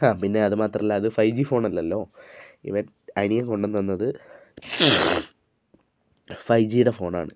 ആ പിന്നെ അതു മാത്രമല്ല അത് ഫൈവ് ജി ഫോണല്ലല്ലോ ഇവൻ അനിയൻ കൊണ്ടു വന്നു തന്നത് ഫൈവ് ജിയുടെ ഫോണാണ്